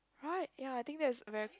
right ya I think that is very